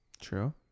True